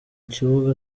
kibuga